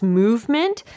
movement